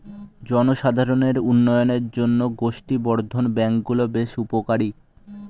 জনসাধারণের উন্নয়নের জন্য গোষ্ঠী বর্ধন ব্যাঙ্ক গুলো বেশ উপকারী